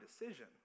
decision